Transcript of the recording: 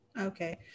Okay